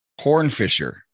hornfisher